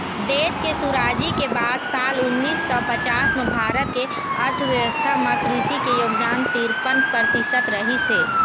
देश के सुराजी के बाद साल उन्नीस सौ पचास म भारत के अर्थबेवस्था म कृषि के योगदान तिरपन परतिसत रहिस हे